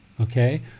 okay